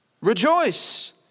rejoice